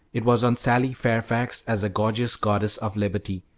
it was on sally fairfax as a gorgeous goddess of liberty,